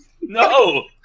No